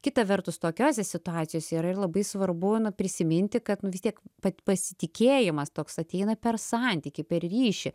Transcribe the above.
kita vertus tokiose situacijose yra ir labai svarbu prisiminti kad nu vis tiek pat pasitikėjimas toks ateina per santykį per ryšį